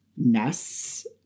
nests